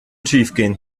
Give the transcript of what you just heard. schiefgehen